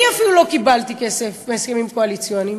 אני אפילו לא קיבלתי כסף מהסכמים קואליציוניים,